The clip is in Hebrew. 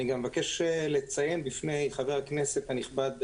אני גם מבקש לציין בפני חבר הכנסת הנכבד,